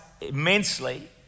immensely